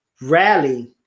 rally